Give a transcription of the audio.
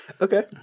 Okay